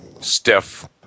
stiff